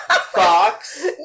fox